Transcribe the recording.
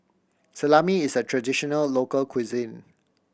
salami is a traditional local cuisine